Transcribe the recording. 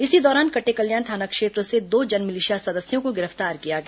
इसी दौरान कटेकल्याण थाना क्षेत्र से दो जनमिलिशिया सदस्यों को गिर पतार किया गया